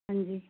ਹਾਂਜੀ